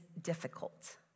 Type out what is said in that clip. difficult